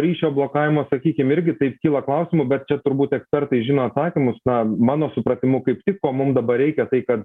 ryšio blokavimo sakykim irgi taip kyla klausimų bet čia turbūt ekspertai žino atsakymus na mano supratimu kaip tik ko mum dabar reikia tai kad